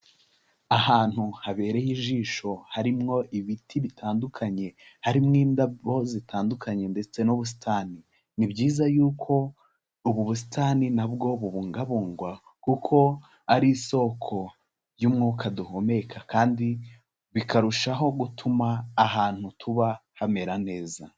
Ahantu habereye ijisho harimwo ibiti bitandukanye, harimo indabo zitandukanye ndetse n'ubusitani. Ni byiza yuko ubu busitani na bwo bubungabungwa kuko ari isoko y'umwuka duhumeka, kandi bikarushaho gutuma ahantu tuba hamera neza.